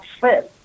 first